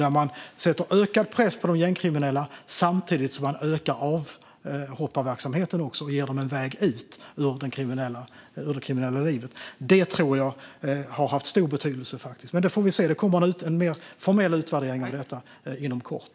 Genom det sätter man ökad press på de gängkriminella samtidigt som man ökar avhopparverksamheten så att de har en väg ut ur det kriminella livet. Jag tror att det har haft en stor betydelse, men vi får se hur det ligger till med det. Det kommer en mer formell utvärdering av detta inom kort.